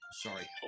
Sorry